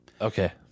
Okay